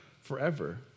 forever